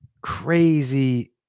crazy